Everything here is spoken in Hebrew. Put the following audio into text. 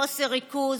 חוסר ריכוז,